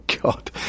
god